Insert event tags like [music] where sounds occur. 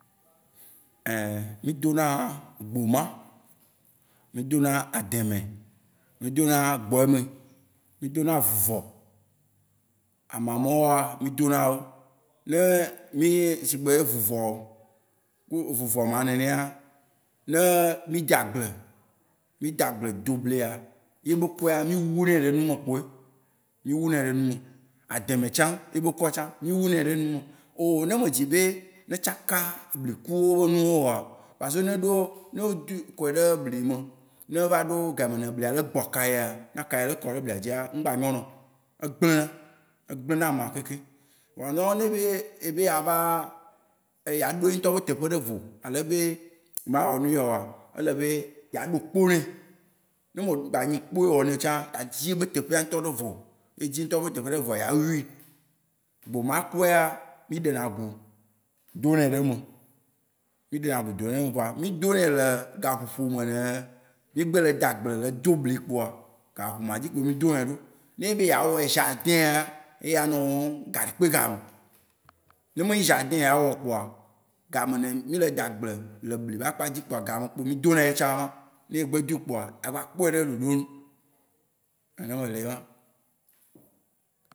E mí do na gboma. Mí do na ademɛ, mi do na gbɔɛme, mí do na vuvɔ. Ama ma wóa, mí do na wó. [hesitation] sigbe be vuvɔ-vuvɔ ma nenea, ne mí da agble, mí da agble do blia, ye be kua, mí wú nae ɖe nu me kpoe. Mí wú nae ɖe nu me. Ademɛ tsã yebe kua tsã, mí wú nae ɖe nu me. Oo ne me dzi be ne tsaka ebli ku wobe nuwo oa- parce que ne eɖo- ne wó duì kɔeɖe ebli me, ne eva ɖo gayime eblia le gbɔ akaya, ne akaya le kɔ ɖe blia dzia, m'gba nyon na oo. Egble na- egble na ama kekem. Vɔa nuwan ne ebe yeava yea ɖo ye ŋutɔ ƒe teƒe ɖe vo, ale be mawɔ nuya oa, ele be yea ɖo kpo ne. Ne me gba nyi kpo ewɔ neo tsã, adzi yebe teƒea ŋutɔ ɖe vo. Ne edzi ye ŋutɔ be teƒea ɖe voa, yea wui. Gboma kua ya, mí ɖe na gu do nae ɖe eme. Mí ɖe na gu do nae ɖe eme vɔa, mí do nae le gaƒoƒo yi me ne mí gbe le da agble le do bli kpoa, ga ƒoƒo ma dzi kpo mí do nae ɖo. Ne enye be yea wɔe jardin yea, ye anɔ wɔm gaɖe 'kpe game. Ne me nyi jardin yeawɔ oo kpoa, gayime ne mí le da agble le ebli be akpa dzi kpoa, gaame kpo mí do na yetsã ye má Ne egbe dui kpoa, ava kpɔe ɖe ɖoɖo nu. Nene be le ye ma.